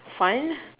fun